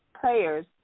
players